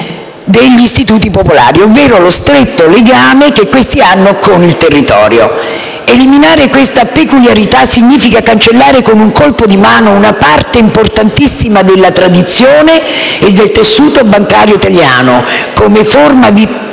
degli istituti popolari, ovvero lo stretto legame che questi hanno con il territorio. Eliminare questa peculiarità significa cancellare con un colpo di mano una parte importantissima della tradizione e del tessuto bancario italiano come forma